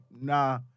Nah